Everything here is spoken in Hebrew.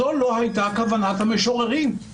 זאת לא הייתה כוונת המשוררים,